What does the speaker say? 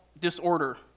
disorder